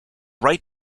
right